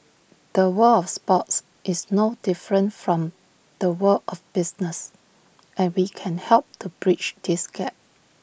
the world of sports is no different from the world of business and we can help to bridge this gap